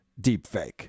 deepfake